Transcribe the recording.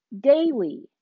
daily